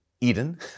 Eden